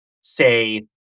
say